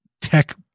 tech